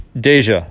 Deja